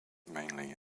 mainly